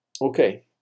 Okay